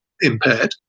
impaired